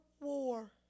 War